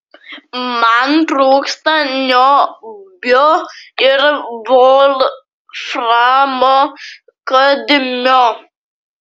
man trūksta niobio ir volframo kadmio